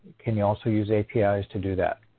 can you also use apis to do that?